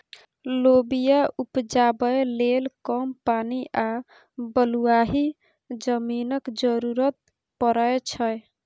लोबिया उपजाबै लेल कम पानि आ बलुआही जमीनक जरुरत परै छै